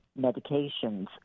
medications